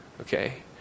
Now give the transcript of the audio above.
okay